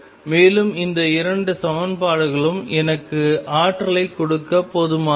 மேலும் இந்த இரண்டு சமன்பாடுகளும் எனக்கு ஆற்றலைக் கொடுக்க போதுமானவை